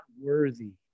worthy